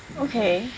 okay